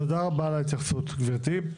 תודה רבה על ההתייחסות גברתי.